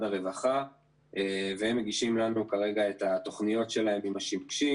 הרווחה והם מגישים לנו כרגע את התוכניות שלהם עם השימושים.